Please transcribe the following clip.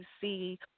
see